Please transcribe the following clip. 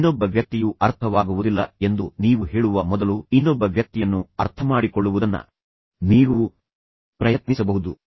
ನೀವು ಇನ್ನೊಬ್ಬ ವ್ಯಕ್ತಿಯು ಅರ್ಥವಾಗುವುದಿಲ್ಲ ಎಂದು ನೀವು ಹೇಳುವ ಮೊದಲು ಇನ್ನೊಬ್ಬ ವ್ಯಕ್ತಿಯನ್ನು ಅರ್ಥಮಾಡಿಕೊಳ್ಳುವುದನ್ನ ನೀವು ಪ್ರಯತ್ನಿಸಬಹುದು